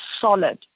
solid